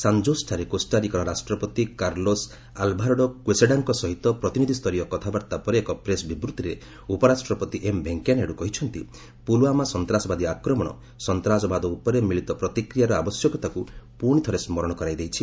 ସାନ୍ଜୋସ୍ଠାରେ କୋଷ୍ଟାରିକାର ରାଷ୍ଟ୍ରପତି କାର୍ଲୋସ୍ ଆଲ୍ଭାରାଡୋ କ୍ୱେସାଡାଙ୍କ ସହିତ ପ୍ରତିନିଧି ସ୍ତରୀୟ କଥାବାର୍ତ୍ତା ପରେ ଏକ ପ୍ରେସ୍ ବିବୃଭିରେ ଉପରାଷ୍ଟ୍ରପତି ଏମ୍ଭେଙ୍କିୟାନାଇଡୁ କହିଛନ୍ତି ପୁଲୱାମା ସନ୍ତାସବାଦୀ ଆକ୍ରମଣ ସନ୍ତାସବାଦ ଉପରେ ମିଳିତ ପ୍ରତିକ୍ରିୟାର ଆବଶ୍ୟକତାକୁ ପୁଣିଥରେ ସ୍କରଣ କରାଇଦେଇଛି